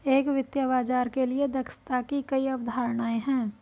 एक वित्तीय बाजार के लिए दक्षता की कई अवधारणाएं हैं